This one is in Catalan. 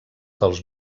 dels